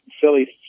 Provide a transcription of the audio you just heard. silly